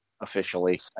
officially